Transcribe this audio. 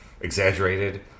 exaggerated